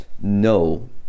no